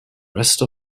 rest